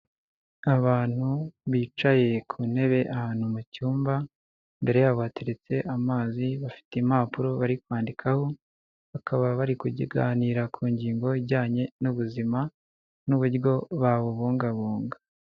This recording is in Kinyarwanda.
Abantu bicaye ku ntebe ahantu mu cyumba, imbere yabo hateretse amazi bafite impapuro bari kwandikaho, bakaba bari kuganira ku ngingo ijyanye n'ubuzima n'uburyo babubungabunga.